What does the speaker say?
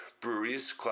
breweries